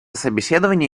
собеседования